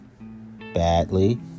badly